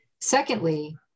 Secondly